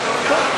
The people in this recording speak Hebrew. אתם כל כך